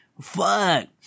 Fuck